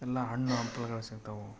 ಎಲ್ಲ ಹಣ್ಣು ಹಂಪ್ಲುಗಳು ಸಿಗ್ತಾವೆ